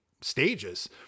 stages